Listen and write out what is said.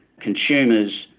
consumers